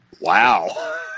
Wow